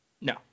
No